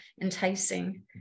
enticing